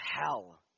hell